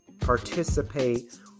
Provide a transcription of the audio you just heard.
participate